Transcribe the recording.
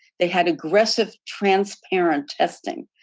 they had aggressive transparent testing.